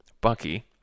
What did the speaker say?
Bucky